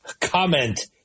comment